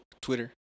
Twitter